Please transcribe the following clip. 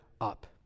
up